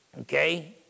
Okay